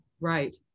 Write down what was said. Right